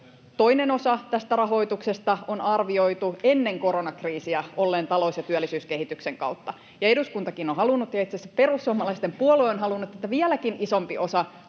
Toinen osa tästä rahoituksesta on arvioitu ennen koronakriisiä olleen talous‑ ja työllisyyskehityksen kautta, ja eduskuntakin on halunnut ja itse asiassa perussuomalaisten puolue on halunnut, että vieläkin isompi osa